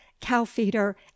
cow-feeder